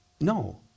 no